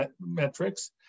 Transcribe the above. metrics